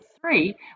three